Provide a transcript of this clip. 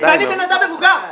ואני בן אדם מבוגר.